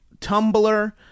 Tumblr